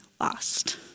lost